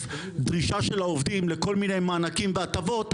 דרישה של העובדים לכל מיני מענקים והטבות.